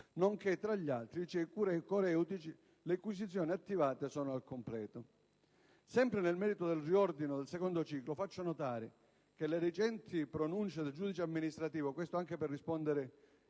licei coreutici, le cui sezioni attivate sono al completo. Sempre nel merito del riordino del secondo ciclo, faccio notare che le recenti pronunce del giudice amministrativo - questo anche per rispondere